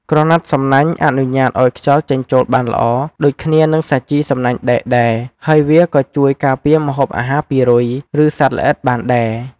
ក្រណាត់សំណាញ់អនុញ្ញាតឱ្យខ្យល់ចេញចូលបានល្អដូចគ្នានឹងសាជីសំណាញ់ដែកដែរ ហើយវាក៏ជួយការពារម្ហូបអាហារពីរុយ ឬសត្វល្អិតបានដែរ។